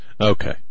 Okay